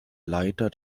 leiter